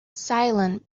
silent